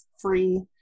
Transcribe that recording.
free